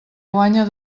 guanya